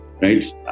right